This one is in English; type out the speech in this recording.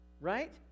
right